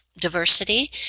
diversity